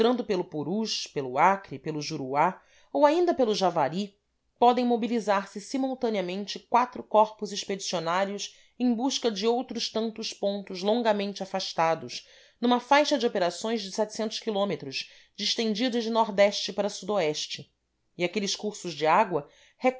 entrando pelo purus pelo acre pelo juruá ou ainda pelo javari podem mobilizar se simultaneamente quatro corpos expedicionários em busca de outros tantos pontos longamente afastados numa faixa de operações de km distendida de ne para so e aqueles cursos de água